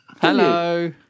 Hello